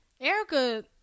Erica